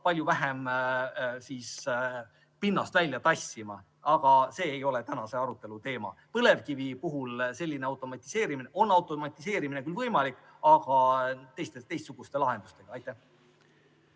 palju vähem pinnast välja tassima. Aga see ei ole tänase arutelu teema. Põlevkivi puhul on selline automatiseerimine küll võimalik, aga teistsuguste lahendustega. Peeter